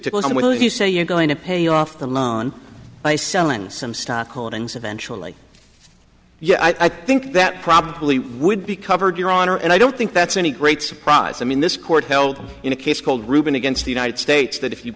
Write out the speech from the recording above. you say you're going to pay off the loan by selling some stock holdings eventually yeah i think that probably would be covered your honor and i don't think that's any great surprise i mean this court held in a case called rueben against the united states that if you